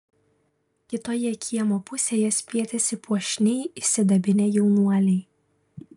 kitoje kiemo pusėje spietėsi puošniai išsidabinę jaunuoliai